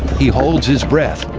he holds his breath,